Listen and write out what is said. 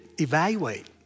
evaluate